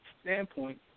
standpoint